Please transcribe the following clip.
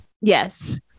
Yes